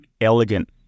elegant